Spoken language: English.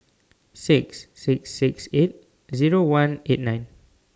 six six six eight Zero one eight nine